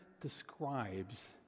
describes